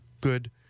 good